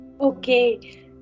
Okay